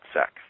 sex